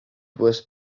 was